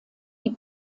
die